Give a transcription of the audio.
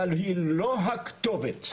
אבל היא לא הכתובת.